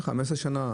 15 שנה.